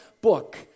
book